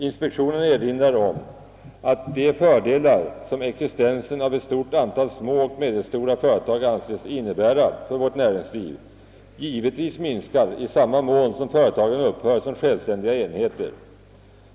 Inspektionen erinrar om att »de fördelar, som existensen av ett stort antal små och medelstora företag anses innebära för vårt näringsliv, givetvis minskar i samma mån som företagen upphör som självständiga enheter.